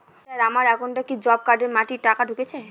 Sir আমার একাউন্টে কি জব কার্ডের মাটি কাটার টাকা ঢুকেছে?